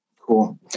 Cool